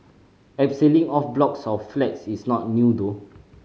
abseiling off blocks of flats is not new though